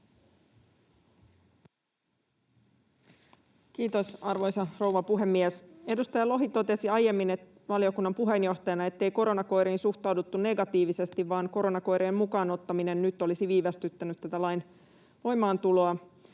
Kiitos, arvoisa rouva puhemies! Edustaja Lohi totesi aiemmin valiokunnan puheenjohtajana, ettei koronakoiriin suhtauduttu negatiivisesti vaan koronakoirien mukaan ottaminen nyt olisi viivästyttänyt tätä lain voimaantuloa.